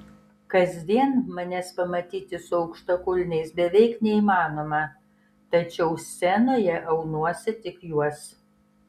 kasdien manęs pamatyti su aukštakulniais beveik neįmanoma tačiau scenoje aunuosi tik juos